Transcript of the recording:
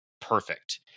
Perfect